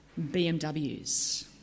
BMWs